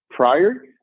prior